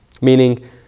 Meaning